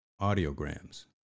audiograms